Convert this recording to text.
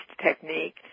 technique